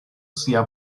sia